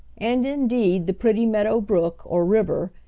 and indeed the pretty meadow brook, or river,